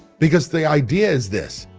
because the idea is this.